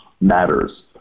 matters